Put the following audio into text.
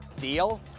Deal